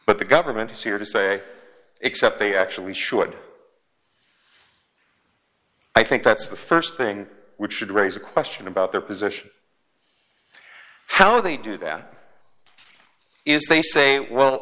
but the government is here to say except they actually should i think that's the st thing which should raise a question about their position how they do that is they say well